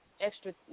extra